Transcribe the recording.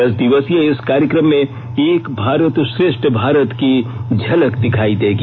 दस दिवसीय इस कार्यक्रम में एक भारत श्रेष्ठ भारत की झलक दिखाई देगी